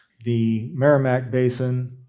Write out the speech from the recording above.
the merrimack basin,